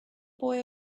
boy